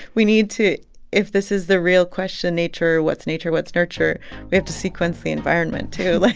we need to if this is the real question, nature what's nature, what's nurture we have to sequence the environment, too. like,